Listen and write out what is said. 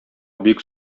бик